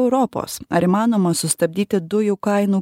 europos ar įmanoma sustabdyti dujų kainų